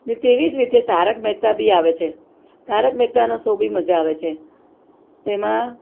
ને તેવી જ રીતે તારક મેહતા બી આવે છે તારક મહેતાનો શો બી મજા આવે છે તેમાં